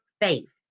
faith